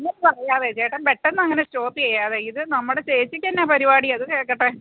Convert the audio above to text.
ഒന്നും പറയാതെ ചേട്ടൻ പെട്ടെന്നങ്ങനെ സ്റ്റോപ്പ് ചെയ്യാതെ ഇതു നമ്മുടെ ചേച്ചിക്കെന്നാ പരിപാടി അതു കേൾക്കട്ടെ